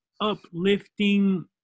uplifting